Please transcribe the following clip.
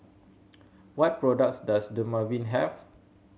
what products does Dermaveen have